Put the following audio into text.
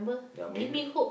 ya maybe